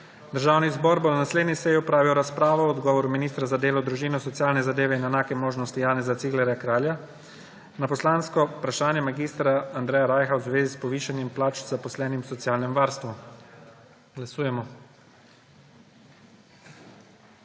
Državni zbor bo na naslednji seji opravil razpravo o odgovoru ministra za delo, družino, socialne zadeve in enake možnosti Janeza Ciglerja Kralja na poslansko vprašanje mag. Andreja Rajha v zvezi s povišanjem plač zaposlenim v socialnem varstvu. Glasujemo.